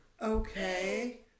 Okay